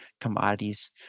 commodities